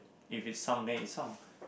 if it sunk then it's sunk